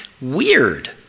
weird